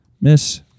miss